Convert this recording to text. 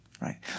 right